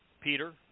Peter